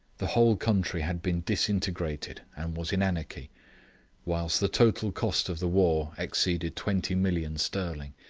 the whole country had been disintegrated and was in anarchy whilst the total cost of the war exceeded twenty millions sterling,